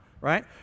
right